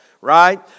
right